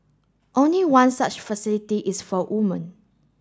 only one such facility is for women